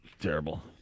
Terrible